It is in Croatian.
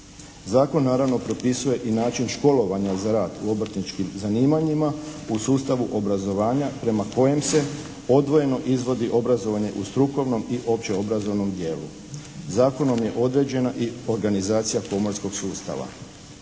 Zakon naravno propisuje i način školovanja za rad u obrtničkim zanimanjima u sustavu obrazovanja prema kojem se odvojeno izvodi obrazovanje u strukovnom i opće obrazovnom dijelu. Zakonom je određena i organizacija komorskog sustava.